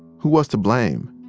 who was to blame?